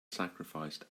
sacrificed